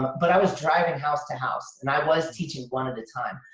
but i was driving house to house and i was teaching one at a time.